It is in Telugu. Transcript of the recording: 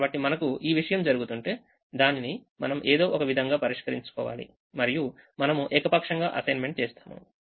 కాబట్టి మనకు ఈ విషయం జరుగుతుంటే దానిని మనం ఏదో ఒక విధంగా పరిష్కరించుకోవాలి మరియుమనము ఏకపక్షంగాఅసైన్మెంట్ చేస్తాము